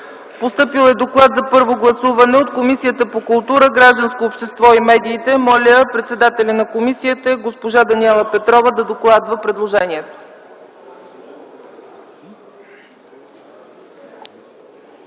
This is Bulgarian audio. Постъпил е доклад за първо гласуване от Комисията по културата, гражданското общество и медиите. Моля председателят на комисията госпожа Даниела Петрова да докладва предложението.